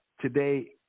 today